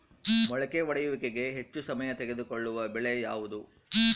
ಮೊಳಕೆ ಒಡೆಯುವಿಕೆಗೆ ಹೆಚ್ಚು ಸಮಯ ತೆಗೆದುಕೊಳ್ಳುವ ಬೆಳೆ ಯಾವುದು?